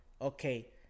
okay